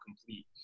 complete